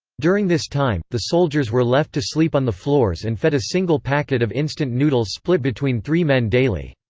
during this time, the soldiers were left to sleep on the floors and fed a single packet of instant noodles split between three men daily.